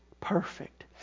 perfect